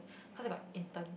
cause I got intern